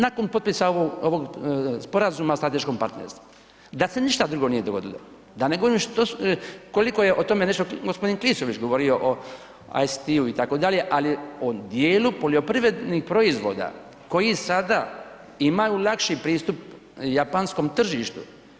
Nakon potpisa ovog sporazuma o strateškom partnerstvu, da se ništa drugo nije dogodilo, da ne govorim koliko je o tome nešto gospodin Klisović govorio o …/nerazumljivo/… itd., ali o dijelu poljoprivrednih proizvoda koji sada imaju lakši pristup japanskom tržištu.